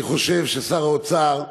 אני חושב ששר האוצר,